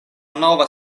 nova